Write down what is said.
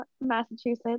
Massachusetts